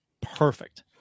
perfect